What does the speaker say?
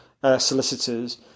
solicitors